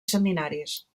seminaris